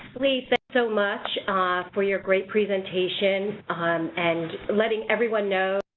lee, thanks so much for your great presentation um and letting everyone know,